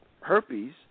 herpes